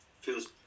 feels